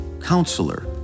Counselor